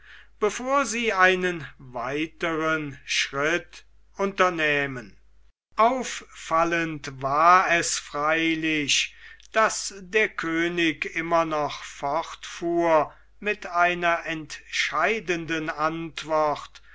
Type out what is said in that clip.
bevor sie einen weiteren schritt unternähmen auffallend war es freilich daß der könig immer noch fortfuhr mit einer entscheidenden antwort